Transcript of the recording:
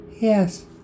Yes